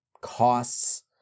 costs